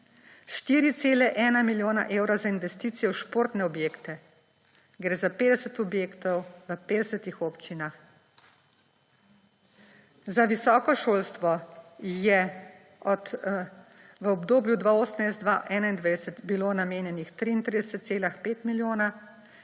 4,1 milijona evra za investicije v športne objekte. Gre za 50 objektov v 50 občinah. Za visoko šolstvo je v obdobju 2018–2021 bilo namenjenih 33,5 milijona in